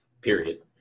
period